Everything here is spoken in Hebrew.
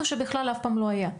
או שבכלל אף פעם לא היה?